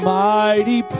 mighty